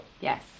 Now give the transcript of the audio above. yes